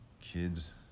Kids